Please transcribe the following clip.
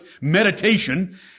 meditation